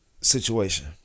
Situation